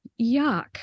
yuck